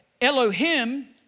Elohim